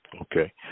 Okay